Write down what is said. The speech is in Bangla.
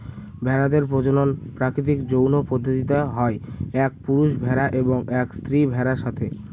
ভেড়াদের প্রজনন প্রাকৃতিক যৌন পদ্ধতিতে হয় এক পুরুষ ভেড়া এবং এক স্ত্রী ভেড়ার সাথে